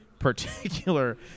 particular